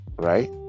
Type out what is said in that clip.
right